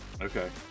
Okay